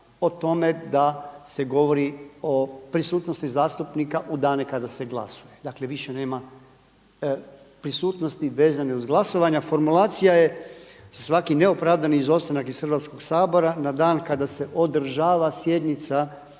o tome da se govori o prisutnosti zastupnika u dane kada se glasuje. Dakle, više nema prisutnosti vezane uz glasovanje. A formulacija je: „Za svaki neopravdani izostanak iz Hrvatskog sabora na dan kada se održava sjednica